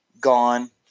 gone